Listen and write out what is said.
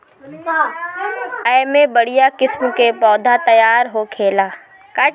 एमे बढ़िया किस्म के पौधा तईयार होखेला